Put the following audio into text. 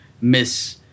miss